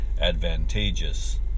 advantageous